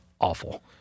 awful